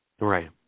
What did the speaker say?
Right